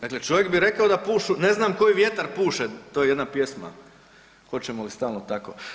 Dakle, čovjek bi rekao da pušu, ne znam koji vjetar puše to je jedna pjesma „Hoćemo li stalno tako“